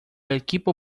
equipo